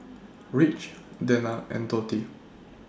Rich Dena and Dotty